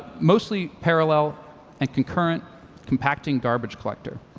mostly parallel and concurrent compacting garbage collector.